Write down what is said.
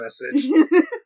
message